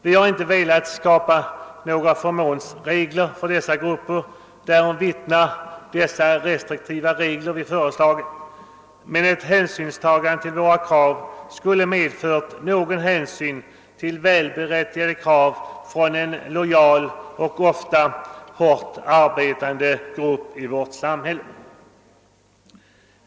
Vi har inte velat skapa några särskilda förmåner för dessa grupper — därom vittnar de restriktiva regler vi föreslagit — men vi vill att hänsyn tas till kraven från en lojal och ofta hårt arbetande grupp i vårt samhälle.